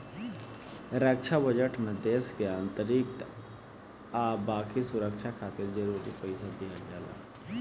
रक्षा budget में देश के आंतरिक आ बाकी सुरक्षा खातिर जरूरी पइसा दिहल जाला